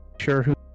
sure